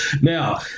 Now